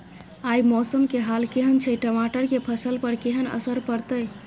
आय मौसम के हाल केहन छै टमाटर के फसल पर केहन असर परतै?